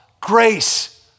Grace